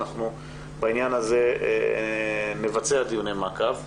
אנחנו בעניין הזה נבצע דיוני מעקב.